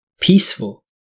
Peaceful